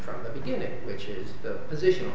from the beginning which is the position